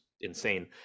insane